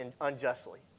unjustly